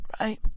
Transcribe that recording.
right